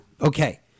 Okay